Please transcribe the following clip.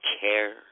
care